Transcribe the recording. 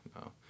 no